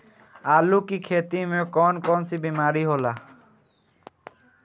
आलू की खेती में कौन कौन सी बीमारी होला?